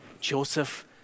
Joseph